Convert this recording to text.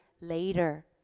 later